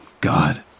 God